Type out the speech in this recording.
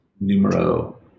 numero